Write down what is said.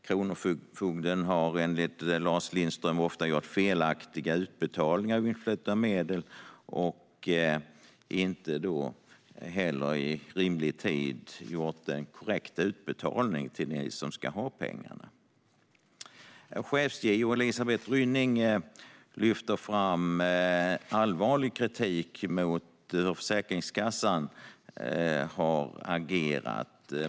Kronofogden har enligt Lars Lindström ofta gjort felaktiga utbetalningar av influtna medel och inte inom rimlig tid gjort en korrekt utbetalning till dem som ska ha pengarna. Chefs-JO Elisabeth Rynning lyfter fram allvarlig kritik mot hur Försäkringskassan har agerat.